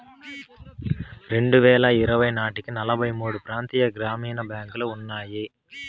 రెండువేల ఇరవై నాటికి నలభై మూడు ప్రాంతీయ గ్రామీణ బ్యాంకులు ఉన్నాయి